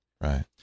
right